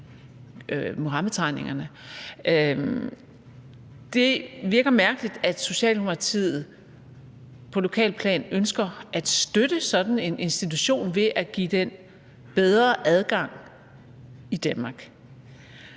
Det virker mærkeligt, at Socialdemokratiet på lokalt plan ønsker at støtte sådan en institution ved at give den bedre adgang i Danmark.